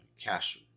cash